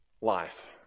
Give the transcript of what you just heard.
life